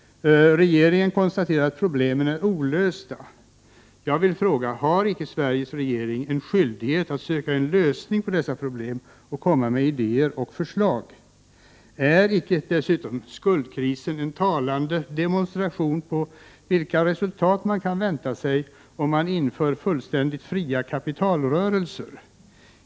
Regeringen konstaterar att problemen är olösta. Jag vill fråga: Har icke Sveriges regering skyldighet att söka en lösning på dessa problem och komma med idéer och förslag? Är icke dessutom skuldkrisen en talande demonstration av vilka resultat man kan vänta sig om man inför fullständigt fria kapitalrörelser?